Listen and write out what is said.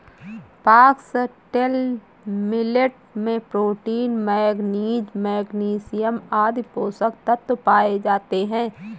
foxtail millet में protein, manganese, magnesium आदि पोषक तत्व पाए जाते है